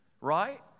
Right